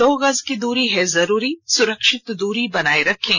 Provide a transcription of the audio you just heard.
दो गज की दूरी है जरूरी सुरक्षित दूरी बनाए रखें